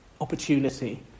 opportunity